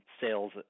sales